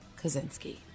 Kaczynski